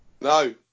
no